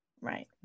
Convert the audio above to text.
Right